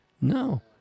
No